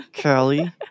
Callie